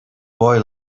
boy